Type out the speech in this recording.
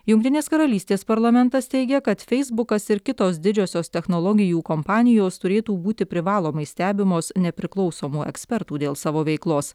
jungtinės karalystės parlamentas teigia kad feisbukas ir kitos didžiosios technologijų kompanijos turėtų būti privalomai stebimos nepriklausomų ekspertų dėl savo veiklos